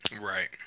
right